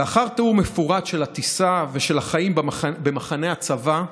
לאחר תיאור מפורט של הטיסה ושל החיים במחנה הצבא,